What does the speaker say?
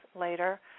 later